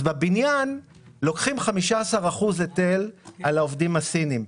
אז בבניין, לוקחים 15% היטל על העובדים הסיניים.